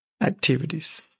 activities